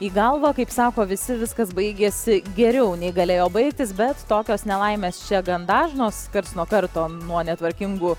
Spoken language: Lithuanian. į galvą kaip sako visi viskas baigiasi geriau nei galėjo baigtis bet tokios nelaimės čia gan dažnos karts nuo karto nuo netvarkingų